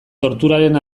torturaren